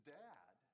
dad